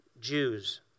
Jews